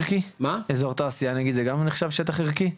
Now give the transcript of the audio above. אזור תעשייה זה גם נחשב שטח ערכי?